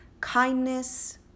kindness